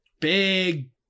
Big